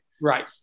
Right